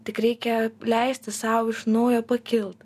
tik reikia leisti sau iš naujo pakilt